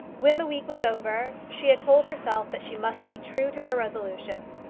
when the week was over she had told herself that she must be true to her resolution.